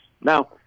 Now